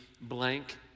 blank